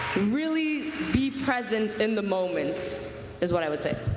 really be present in the moment is what i would say.